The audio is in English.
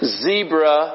zebra